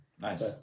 Nice